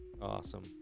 awesome